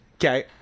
Okay